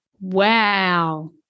wow